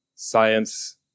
Science